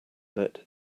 let